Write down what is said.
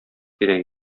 кирәк